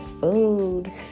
food